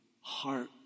heart